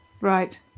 right